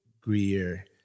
Greer